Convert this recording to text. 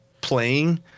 playing